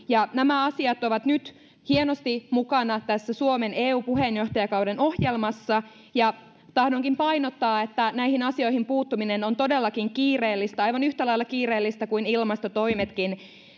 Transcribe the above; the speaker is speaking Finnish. ja nämä asiat ovat nyt hienosti mukana tässä suomen eu puheenjohtajakauden ohjelmassa tahdonkin painottaa että näihin asioihin puuttuminen on todellakin kiireellistä aivan yhtä lailla kiireellistä kuin ilmastotoimetkin